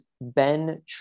Ben